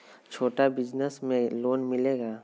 छोटा बिजनस में लोन मिलेगा?